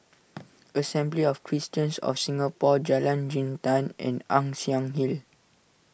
Assembly of Christians of Singapore Jalan Jintan and Ann Siang Hill